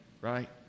right